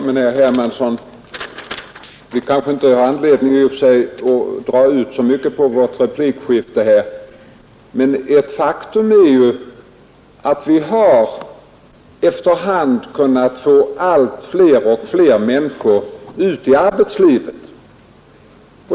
Herr talman! Vi kanske inte i och för sig har någon anledning att dra ut för mycket på detta replikskifte, men ett faktum är, herr Hermansson i Stockholm, att vi efter hand har kunnat få ut allt fler människor i arbetslivet.